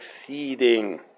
exceeding